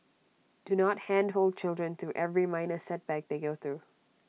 do not handhold children through every minor setback they go through